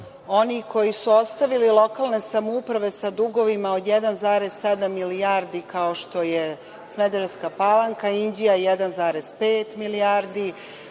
oni koji su ostavili lokalne samouprave sa dugovima od 1,7 milijardi, kao što je Smederevska Palanka, Inđija 1,5 milijardi,